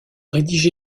rédigé